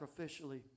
sacrificially